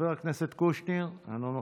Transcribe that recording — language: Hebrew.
חבר הכנסת קושניר, אינו נוכח.